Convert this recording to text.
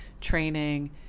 training